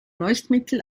leuchtmittel